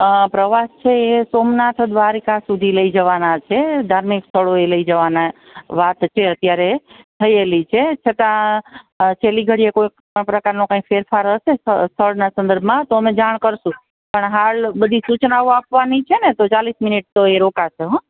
પ્રવાસ સોમનાથ દ્વારિકા સુધી લઈ જવાના છે ધાર્મિક સ્થળોએ લઈ જવાના વા પચ્ચી અત્યારે થયેલી છે છતાં છેલ્લી ઘડીએ કોઈક નો કાઇ પ્રકારનો ફેરફાર હશે સ્થળના સંદર્ભમાં તો અમે જાણ કરશું પણ હાલ બધી સૂચનાઓ આપવાની છેને તો ચાલીસ મિતિત તો એ રોકાશે હોં